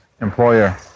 employer